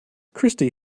christy